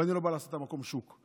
ואני לא בא לעשות מהמקום שוק,